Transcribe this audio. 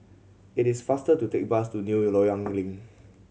it is faster to take bus to New Loyang Link